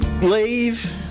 Leave